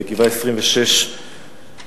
בגבעה 26 בקריית-ארבע,